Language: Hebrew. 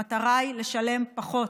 המטרה היא לשלם פחות.